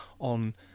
on